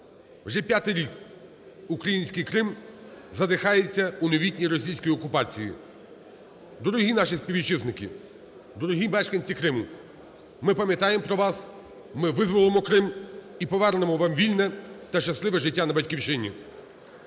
Вже п'ятий рік український Крим задихається у новітній російській окупації. Дорогі наші співвітчизники, дорогі мешканці Криму! Ми пам'ятаємо про вас, ми визволимо Крим і повернемо вам вільне та щасливе життя на Батьківщині.